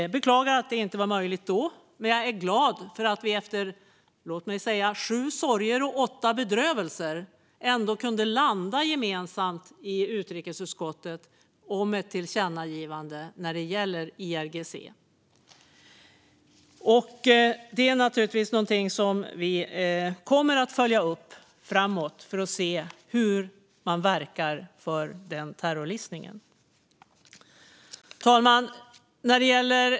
Jag beklagar att det inte var möjligt då, men jag är glad att vi efter låt mig säga sju sorger och åtta bedrövelser ändå kunde landa gemensamt i utrikesutskottet om ett förslag till tillkännagivande när det gäller IRGC. Naturligtvis kommer vi att följa upp framöver hur man verkar för den terrorlistningen. Herr talman!